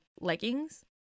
leggings